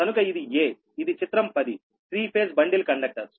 కనుక ఇది aఇది చిత్రం 10త్రీ ఫేజ్ బండిల్ కండక్టర్స్